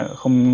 không